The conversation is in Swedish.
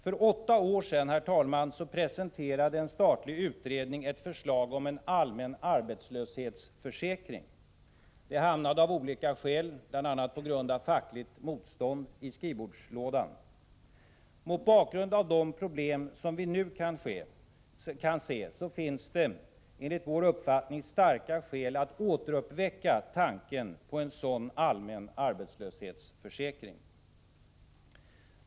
För åtta år sedan, herr talman, presenterade en statlig utredning ett förslag om en allmän arbetslöshetsförsäkring. Det hamnade av olika skäl, bl.a. på grund av fackligt motstånd, i skrivbordslådan. Mot bakgrund av de problem som vi nu kan se finns det, enligt vår uppfattning, starka skäl att återuppväcka tanken på en sådan allmän arbetslöshetsförsäkring.